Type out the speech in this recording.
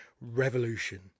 revolution